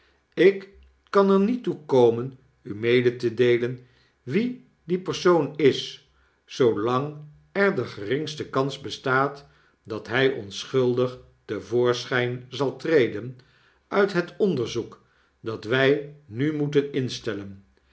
ik kan er niet toe komen u mede te deelen wie die persoon is zoolang er de geringste kans bestaat dat hy onschuldig te voorschynzaltreden uit het onderzoek dat wy nu moeten instellen